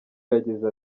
yagize